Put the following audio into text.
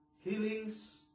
healings